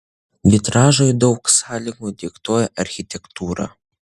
vitražui daug sąlygų diktuoja architektūra